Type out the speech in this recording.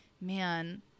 man